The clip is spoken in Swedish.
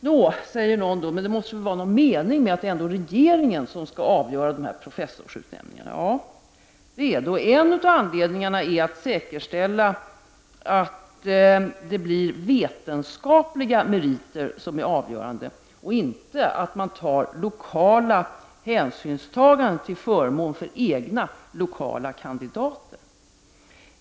Nå, säger kanske någon, det måste väl vara någon mening med att regeringen skall avgöra dessa professorsutnämningar? Ja, en av anledningarna är att säkerställa att vetenskapliga meriter blir avgörande för tillsättningen och att det inte tas lokala hänsyn till förmån för egna kandidater.